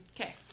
Okay